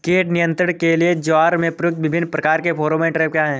कीट नियंत्रण के लिए ज्वार में प्रयुक्त विभिन्न प्रकार के फेरोमोन ट्रैप क्या है?